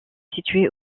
située